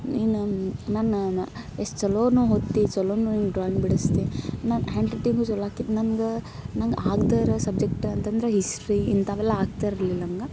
ನೀನು ನನ್ನನ್ನ ಎಷ್ಟು ಛಲೋನು ಓದ್ತಿ ಛಲೋನು ಡ್ರಾಯಿಂಗ್ ಬಿಡಸ್ತಿ ನನ್ನ ಹ್ಯಾಂಡ್ರೈಟಿಂಗು ಛಲೋ ಆಕೈತಿ ನಂಗೆ ನಂಗೆ ಆಗದೇ ಇರೋ ಸಬ್ಜೆಕ್ಟ್ ಅಂತಂದ್ರ ಹಿಸ್ಟ್ರಿ ಇಂಥವೆಲ್ಲ ಆಗ್ತಿರಲಿಲ್ಲ ನಂಗೆ